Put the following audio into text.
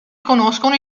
conoscono